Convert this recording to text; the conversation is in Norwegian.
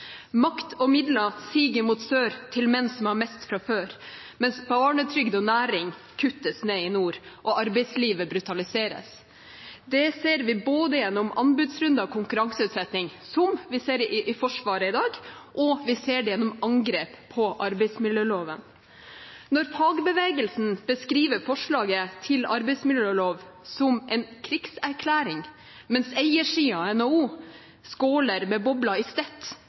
Makt og midler siger mot sør til menn som har mest fra før, mens barnetrygd og næring kuttes ned i nord og arbeidslivet brutaliseres. Det ser vi både gjennom anbudsrunder og konkurranseutsetting, som vi ser det i Forsvaret i dag, og vi ser det gjennom angrep på arbeidsmiljøloven. Når fagbevegelsen beskriver forslagene til endring av arbeidsmiljøloven som en krigserklæring, mens eiersiden, NHO, skåler med bobler i stett,